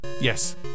Yes